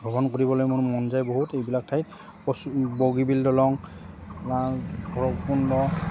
ভ্ৰমণ কৰিবলৈ মোৰ মন যায় বহুত এইবিলাক ঠাই প বগীবিল দলং বা ভৈৰৱকুণ্ড